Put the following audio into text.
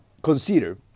Consider